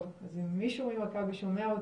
טוב, אז אם מישהו ממכבי שומע אותי,